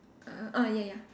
uh ah ya ya